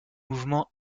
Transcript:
mouvements